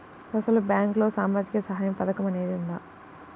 అసలు బ్యాంక్లో సామాజిక సహాయం పథకం అనేది వున్నదా?